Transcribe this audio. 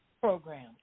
Program